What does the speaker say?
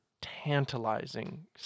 tantalizing